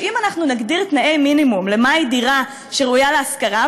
שאם אנחנו נגדיר תנאי מינימום למה היא דירה שראויה להשכרה,